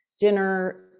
dinner